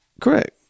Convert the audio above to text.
Correct